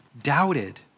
doubted